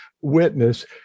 witness